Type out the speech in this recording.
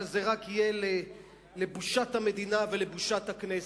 אבל זה יהיה רק לבושת המדינה ולבושת הכנסת.